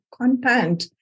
content